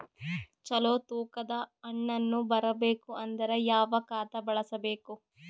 ಚಲೋ ತೂಕ ದ ಹಣ್ಣನ್ನು ಬರಬೇಕು ಅಂದರ ಯಾವ ಖಾತಾ ಬಳಸಬೇಕು?